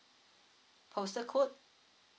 postal code